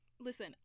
Listen